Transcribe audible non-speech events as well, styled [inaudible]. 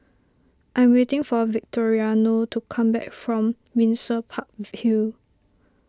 I am waiting for Victoriano to come back from Windsor Park [hesitation] Hill